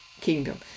kingdom